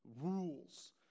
rules